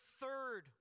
third